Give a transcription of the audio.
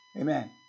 Amen